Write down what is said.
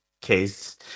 case